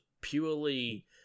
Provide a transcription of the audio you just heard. purely